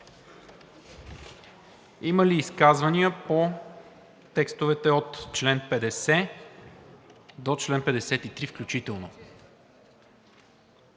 Има ли изказвания по текстовете от чл. 50 до чл. 53 включително?